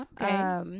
Okay